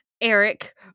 eric